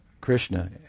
Krishna